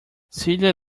celia